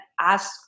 ask